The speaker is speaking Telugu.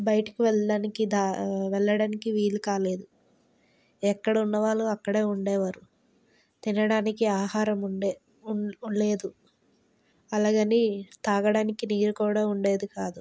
బయటికి వెళ్ళడానికి దా వెళ్ళడానికి వీలు కాలేదు ఎక్కడున్నవాళ్ళు అక్కడే ఉండేవారు తినడానికి ఆహారం ఉండే ఉం లేదు అలాగని తాగడానికి నీరు కూడా ఉండేది కాదు